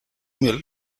mill